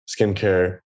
skincare